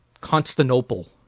Constantinople